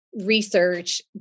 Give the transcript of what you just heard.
research